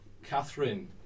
Catherine